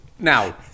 Now